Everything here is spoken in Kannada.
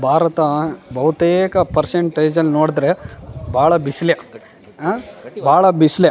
ಭಾರತ ಬಹುತೇಕ ಪರ್ಶಂಟೇಜಲ್ಲಿ ನೋಡಿದ್ರೆ ಭಾಳ ಬಿಸಿಲೇ ಭಾಳ ಬಿಸಿಲೇ